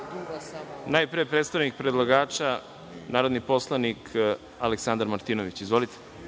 ima predstavnik predlagača, narodni poslanik Aleksandar Martinović. Izvolite.